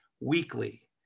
weekly